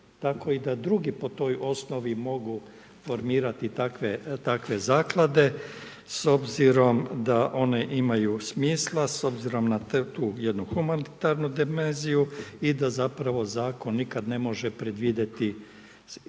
tako i da drugi po toj osnovi mogu formirati takve zaklade, s obzirom da one imaju smislu, s obzirom na tu jednu humanitarnu dimenziju i da zapravo Zakon nikad ne može predvidjeti